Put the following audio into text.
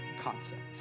concept